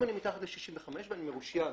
אם אני מתחת ל-65 ואני מרושיין